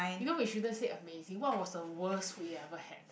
you know we shouldn't say amazing what was the worse we ever had